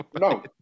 No